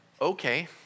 okay